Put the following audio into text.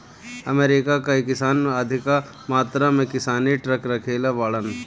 America कअ किसान अधिका मात्रा में किसानी ट्रक रखले बाड़न